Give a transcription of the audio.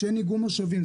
שאין איגום משאבים,